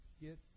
get